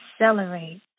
accelerate